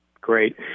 Great